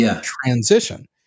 transition